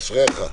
אשריך.